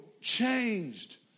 changed